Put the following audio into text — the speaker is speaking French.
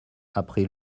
après